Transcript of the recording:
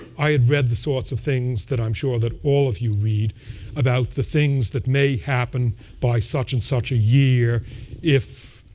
i had read the sorts of things that i'm sure that all of you read about the things that may happen by such and such a year if